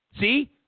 See